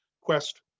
quest